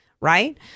right